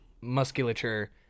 musculature